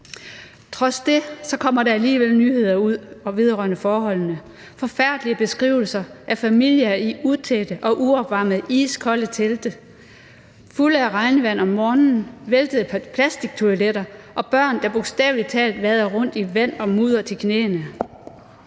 Trods det kommer der alligevel nyheder ud vedrørende forholdene: forfærdelige beskrivelser af familier i utætte og uopvarmede iskolde telte fulde af regnvand om morgenen, væltede plastiktoiletter og børn, der bogstavelig talt vader rundt i vand og mudder til knæene.